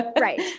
Right